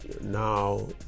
now